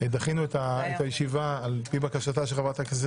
דחינו את הישיבה על פי בקשתה של חבר הכנסת